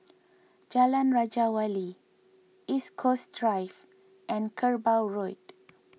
Jalan Raja Wali East Coast Drive and Kerbau Road